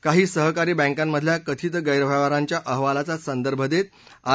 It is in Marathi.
काही सहकारी बँकांमधल्या कथित गैरव्यवहारांच्या अहवालांचा संदर्भ देत आर